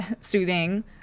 soothing